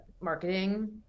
marketing